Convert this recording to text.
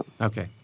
Okay